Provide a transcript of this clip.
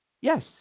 Yes